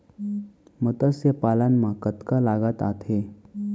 मतस्य पालन मा कतका लागत आथे?